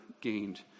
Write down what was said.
gained